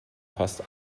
fast